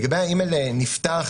לגבי האימייל נפתח,